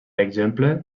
exemple